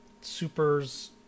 Super's